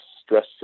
stress